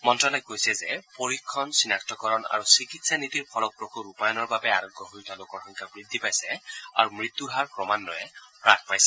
মন্ত্যালয়ে কৈছে যে পৰীক্ষণ চিনাক্তকৰণ আৰু চিকিৎসা নীতিৰ ফলপ্ৰস ৰূপায়ণৰ বাবে আৰোগ্য হৈ উঠা লোকৰ সংখ্যা বৃদ্ধি পাইছে আৰু মৃত্যুৰ হাৰ ক্ৰমান্নয়ে হ্ৰাস পাইছে